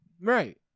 Right